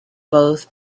both